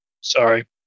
Sorry